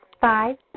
Five